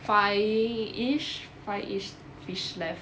five ish five ish fish left